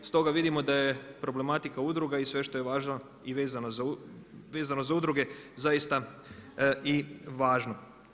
Stoga vidimo da je problematika udruga i sve što je važno i vezano za udruge zaista i važno.